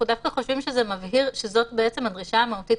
אנחנו דווקא חושבים שזה מבהיר שזאת בעצם הדרישה המהותית,